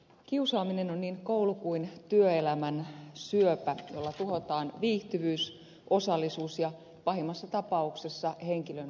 kiusaaminen on niin koulu kuin työelämän syöpä jolla tuhotaan viihtyvyys osallisuus ja pahimmassa tapauksessa henkilön koko terveys